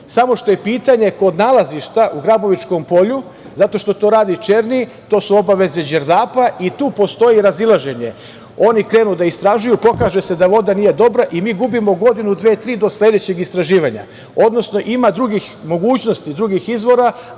što je pitanje kod nalazišta u Grabovičkom polju, zato što to radi Černi, to su obaveze Đerdapa i tu postoji razilaženje. Oni krenu da istražuju pokaže se da voda nije dobra i mi gubimo godinu, dve, tri, do sledećeg istraživanja. Odnosno, ima drugih mogućnosti, drugih izvora,